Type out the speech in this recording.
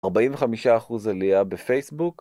45% עלייה בפייסבוק